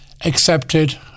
accepted